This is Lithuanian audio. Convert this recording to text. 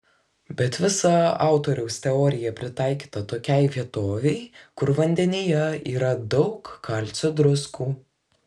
bet visa autoriaus teorija pritaikyta tokiai vietovei kur vandenyje yra daug kalcio druskų